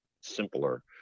simpler